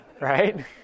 right